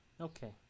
Okay